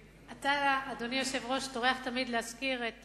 אתה, אדוני היושב-ראש, טורח תמיד להזכיר את